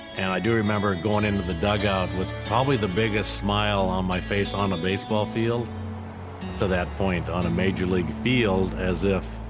and i do remember going into the dugout with probably the biggest smile on my face on a baseball field to that point on a major league field as if,